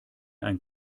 ein